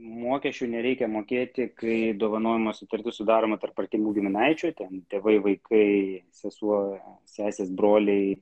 mokesčių nereikia mokėti kai dovanojimo sutartis sudaroma tarp artimų giminaičių tėvų tėvai vaikai sesuo sesės broliai